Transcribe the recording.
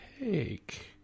take